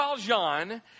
Valjean